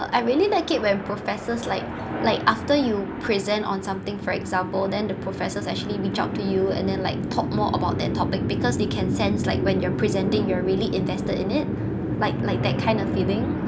I really like it when professors like like after you present on something for example then the professors actually reach out to you and then like talk more about that topic because they can sense like when you're presenting you are really invested in it like like that kind of feeling